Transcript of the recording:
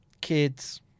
kids